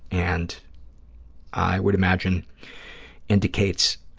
and i would imagine indicates